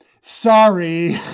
Sorry